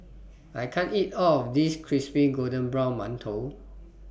I can't eat All of This Crispy Golden Brown mantou